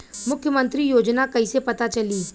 मुख्यमंत्री योजना कइसे पता चली?